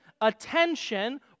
attention